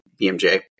BMJ